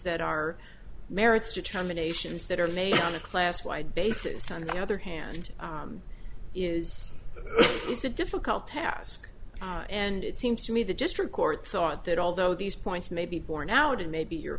that are merits determinations that are made on a class wide basis on the other hand is this a difficult task and it seems to me that district court thought that although these points may be borne out and maybe your